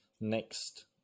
next